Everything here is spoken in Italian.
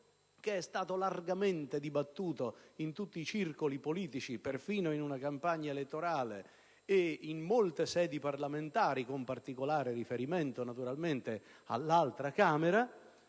che è stato largamente dibattuto in tutti i circoli politici, perfino in una campagna elettorale e in molte sedi parlamentari, con particolare riferimento naturalmente all'altra Camera,